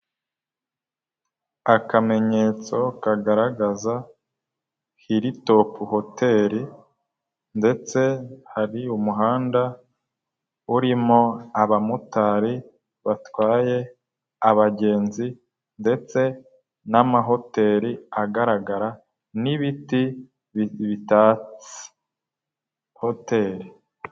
Akamenyetso kagaragaza Hilitopu hoteli ndetse hari umuhanda urimo abamotari batwaye abagenzi ndetse n'amahoteri agaragara n'ibiti bitatse hoteli.